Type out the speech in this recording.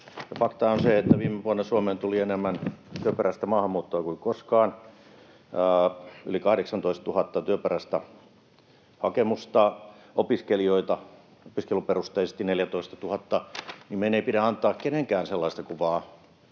Faktaa on se, että viime vuonna Suomeen tuli enemmän työperäistä maahanmuuttoa kuin koskaan — yli 18 000 työperäistä hakemusta — opiskelijoita opiskeluperusteisesti 14 000. Eli meidän kenenkään ei pidä antaa